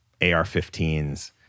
AR-15s